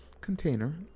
container